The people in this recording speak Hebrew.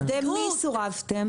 על ידי מי סורבתם?